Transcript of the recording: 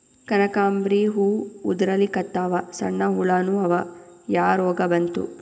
ಕನಕಾಂಬ್ರಿ ಹೂ ಉದ್ರಲಿಕತ್ತಾವ, ಸಣ್ಣ ಹುಳಾನೂ ಅವಾ, ಯಾ ರೋಗಾ ಬಂತು?